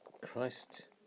Christ